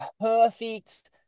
perfect